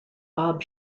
bob